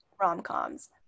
rom-coms